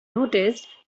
noticed